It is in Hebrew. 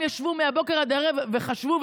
ישבו מהבוקר עד הערב וחשבו,